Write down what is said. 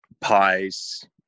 pies